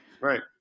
Right